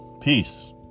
peace